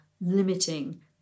limiting